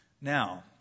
Now